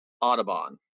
Audubon